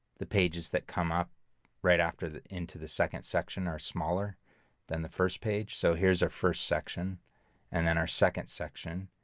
the pages that come up right after the into the second section are smaller than the first page, so here's our first section and then our second section,